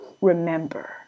remember